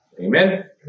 Amen